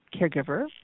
caregiver